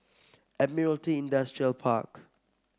Admiralty Industrial Park